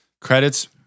credits